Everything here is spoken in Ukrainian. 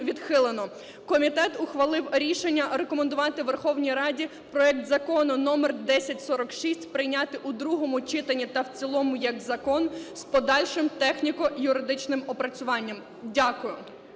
Комітет ухвалив рішення рекомендувати Верховній Раді проект Закону номер 1046 прийняти у другому читанні та в цілому як закон з подальшим техніко-юридичним опрацюванням. Дякую.